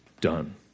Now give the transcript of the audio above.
Done